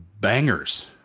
bangers